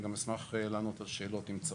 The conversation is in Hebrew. אני גם אשמח לענות על שאלות אם צריך.